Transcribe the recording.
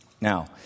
Now